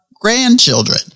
grandchildren